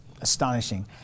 astonishing